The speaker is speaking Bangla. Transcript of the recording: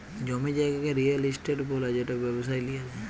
জমি জায়গাকে রিয়েল ইস্টেট ব্যলে যেট ব্যবসায় লিয়া যায়